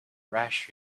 rash